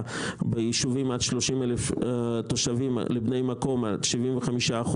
ביישובים עד 30,000 תושבים לבני מקום עד 75%,